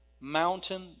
Mountain